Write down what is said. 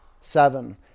seven